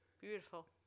beautiful